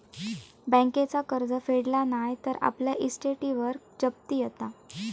बँकेचा कर्ज फेडला नाय तर आपल्या इस्टेटीवर जप्ती येता